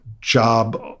job